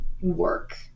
work